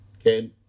okay